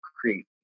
create